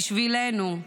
בשבילנו.